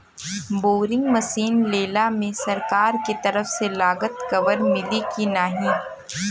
Boring machine लेला मे सरकार के तरफ से लागत कवर मिली की नाही?